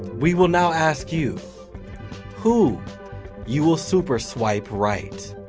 we will now ask you who you will super swipe right